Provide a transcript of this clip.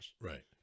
right